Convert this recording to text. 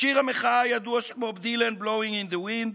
בשיר המחאה הידוע של בוב דילן Blowing in the wind,